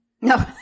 No